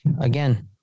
again